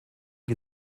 die